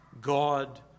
God